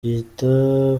yita